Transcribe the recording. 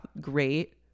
Great